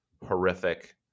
horrific